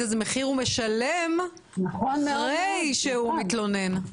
איזה מחיר הוא משלם אחרי שהוא מתלונן.